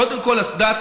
קודם כול, אסדת